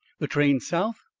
the train south?